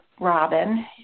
Robin